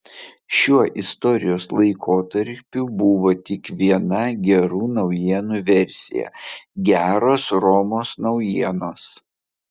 šiuo istorijos laikotarpiu buvo tik viena gerų naujienų versija geros romos naujienos